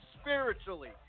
spiritually